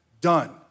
done